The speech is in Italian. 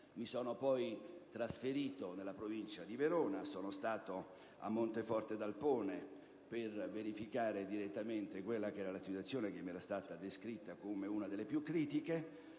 Mi sono poi trasferito nella provincia di Verona. Sono stato a Monteforte d'Alpone per verificare direttamente la situazione, che mi era stata descritta come una delle più critiche.